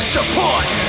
Support